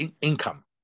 income